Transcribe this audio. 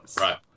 Right